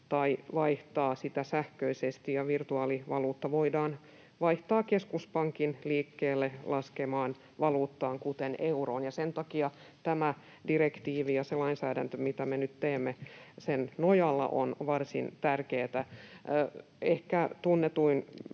tai vaihtaa sitä sähköisesti, ja virtuaalivaluutta voidaan vaihtaa keskuspankin liikkeelle laskemaan valuuttaan, kuten euroon. Sen takia tämä direktiivi ja se lainsäädäntö, mitä me nyt teemme sen nojalla, on varsin tärkeätä. Ehkä tunnetuin